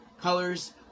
colors